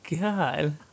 god